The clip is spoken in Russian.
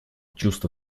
чувство